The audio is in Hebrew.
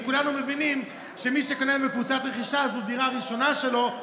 וכולנו מבינים שמי שקנה בקבוצת רכישה אז זו דירה ראשונה שלו,